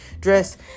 dress